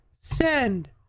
send